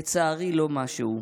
לצערי, לא משהו.